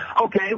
Okay